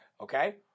Okay